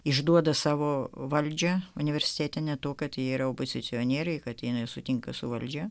išduoda savo valdžią universitete ne tuo kad yra opozicionieriai kad ji nesutinka su valdžia